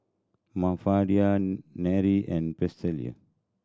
Mafalda Nery and Presley